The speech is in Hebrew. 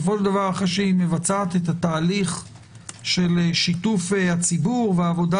אחרי שהיא מבצעת את התהליך של שיתוף הציבור והעבודה